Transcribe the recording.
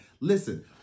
Listen